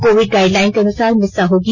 Covid guideline के अनुसार मिस्सा होगी